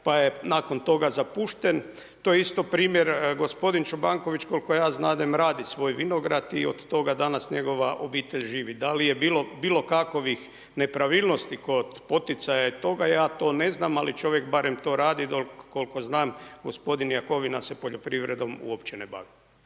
pa je nakon toga zapušten to je isto primjer. Gospodin Čobanković koliko ja znadem radi svoj vinograd i od toga danas njegova obitelj živi. Da li je bilo bilo kakovih nepravilnosti kod poticaja i toga, ja to ne znam. Ali čovjek barem to radi, a onoliko koliko znam gospodin Jakovina se poljoprivredom uopće ne bavi.